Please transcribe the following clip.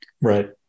Right